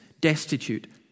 destitute